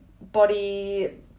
body